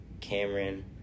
cameron